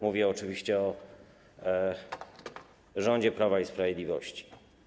Mówię oczywiście o rządzie Prawa i Sprawiedliwości.